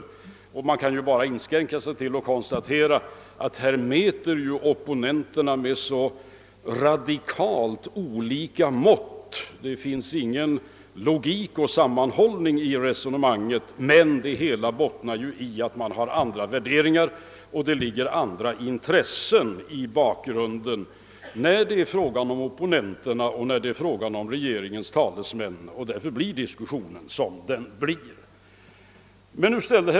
Jag kan därför inskränka mig till att konstatera att opponenterna här mäter med så radikalt olika mått, att det inte finns någon logik och sammanhållning i resonemangen. Det hela bottnar naturligtvis i att man har olika värderingar och att det ligger andra intressen i bakgrun den när det är fråga om opponenterna och när det är fråga om regeringens talesmän; därför blir diskussionen sådan som den nu blivit.